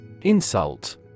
insult